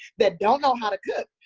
that don't know how to cook.